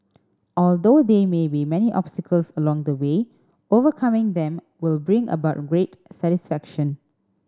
although there may be many obstacles along the way overcoming them will bring about great satisfaction